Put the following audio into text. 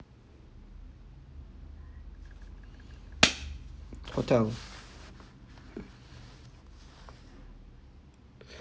hotel